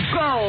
go